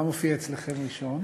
מה מופיע אצלכם ראשון?